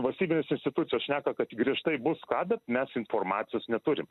valstybinės institucijos šneka kad griežtai bus ką bet mes informacijos neturim